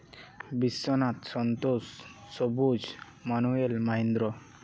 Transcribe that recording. Biswanath Santosh Sabuj Manuel Mahindra